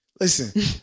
Listen